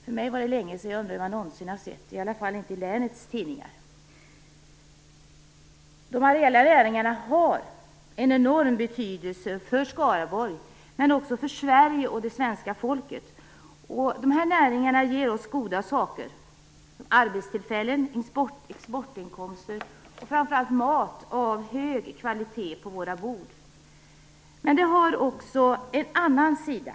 Jag undrar om jag någonsin har sett det, i alla fall inte i länets tidningar. De areella näringarna har en enorm betydelse för Skaraborg och också för Sverige och det svenska folket. Dessa näringar ger oss goda saker: arbetstillfällen, exportinkomster och framför allt mat av hög kvalitet på våra bord. Men det finns också en annan sida.